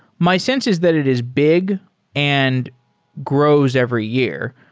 my sense is that it is big and grows every year,